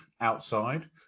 outside